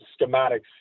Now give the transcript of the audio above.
schematics